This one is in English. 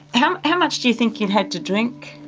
how um how much do you think you had to drink,